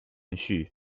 程序